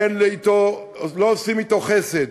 לא עושים אתו חסד.